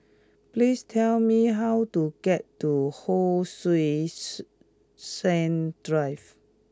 please tell me how to get to Hon Sui Sen Drive